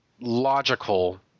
logical